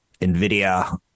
nvidia